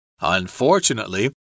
Unfortunately